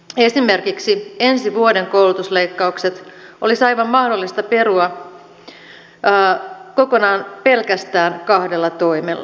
esimerkiksi ensi vuoden koulutusleikkaukset olisi aivan mahdollista perua kokonaan pelkästään kahdella toimella